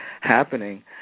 happening